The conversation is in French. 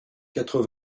quatre